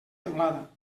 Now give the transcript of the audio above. teulada